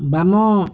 ବାମ